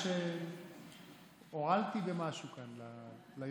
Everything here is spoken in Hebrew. כששאלתי מדוע, נאמר